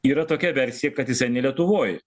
yra tokia versija kad jisai ne lietuvoj